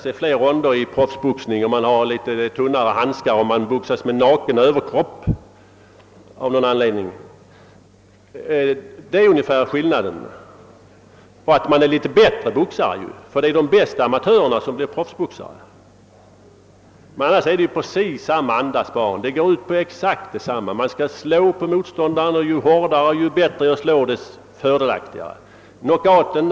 Jag vet att man i den professionella boxningen går flera ronder, använder något tunnare handskar och av någon anledning går med naken överkropp. Dessutom är de professionella något bättre boxare, eftersom det är de bästa amatörerna som blir professionella. Men annars är det ju fråga om samma andas barn. Deras verksamhet har ju precis samma mål. Man skall slå på motståndaren, och ju hårdare och bättre man slår, desto fördelaktigare är det.